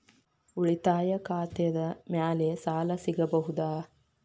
ಉಳಿತಾಯ ಖಾತೆದ ಮ್ಯಾಲೆ ಸಾಲ ಸಿಗಬಹುದಾ?